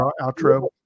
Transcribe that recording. Outro